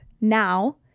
now